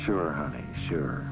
sure sure